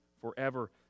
forever